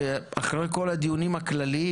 שאחרי כל הדיונים הכללים